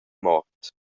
mort